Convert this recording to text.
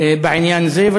בעניין זה,